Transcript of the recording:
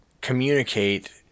communicate